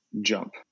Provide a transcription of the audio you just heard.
jump